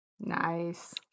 nice